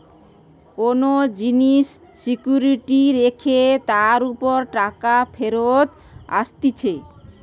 কোন জিনিস সিকিউরিটি রেখে তার উপর টাকা ফেরত আসতিছে